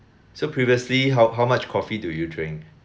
so previously how how much coffee do you drink